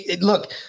Look